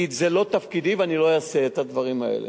כי זה לא תפקידי ואני לא אעשה את הדברים האלה.